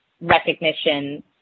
recognition